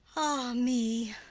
ah me!